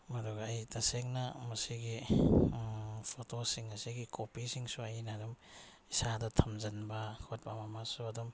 ꯃꯗꯨꯒ ꯑꯩ ꯇꯁꯦꯡꯅ ꯃꯁꯤꯒꯤ ꯐꯣꯇꯣꯁꯤꯡ ꯑꯁꯤꯒꯤ ꯀꯣꯄꯤꯁꯤꯡꯁꯨ ꯑꯩꯅ ꯑꯗꯨꯝ ꯏꯁꯥꯗ ꯊꯝꯖꯟꯕ ꯈꯣꯠꯄ ꯑꯃ ꯑꯃꯁꯨ ꯑꯗꯨꯝ